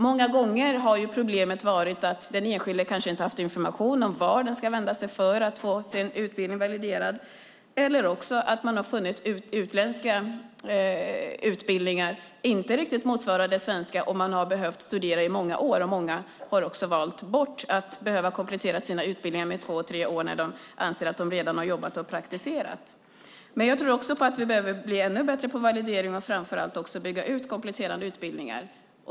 Många gånger har problemet varit att den enskilde kanske inte har haft information om vart man ska vända sig för att få sin utbildning validerad, eller också har man funnit att utländska utbildningar inte riktigt motsvarar de svenska. Då har man behövt studera i många år, och många har valt bort att behöva komplettera sina utbildningar med två eller tre år när de anser att de redan har jobbat och praktiserat. Jag tror dock också att vi behöver bli ännu bättre på validering och framför allt på att bygga ut kompletterande utbildningar.